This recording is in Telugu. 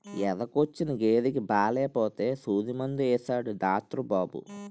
ఎదకొచ్చిన గేదెకి బాలేపోతే సూదిమందు యేసాడు డాట్రు బాబు